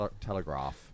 Telegraph